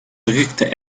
drückte